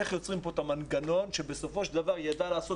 איך יוצרים פה את המנגנון שבסופו של דבר ידע לעשות